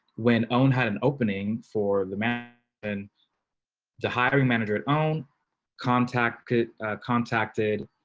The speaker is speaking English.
when own had an opening for the man and the hiring manager at own contacted contacted